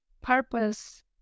purpose